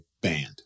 banned